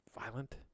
violent